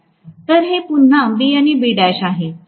तर हे पुन्हा B आणि Bl आहे